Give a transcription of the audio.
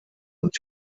und